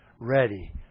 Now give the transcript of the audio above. ready